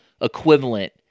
equivalent